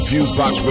Fusebox